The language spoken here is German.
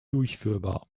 durchführbar